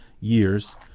years